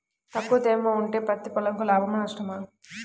తక్కువ తేమ ఉంటే పత్తి పొలంకు లాభమా? నష్టమా?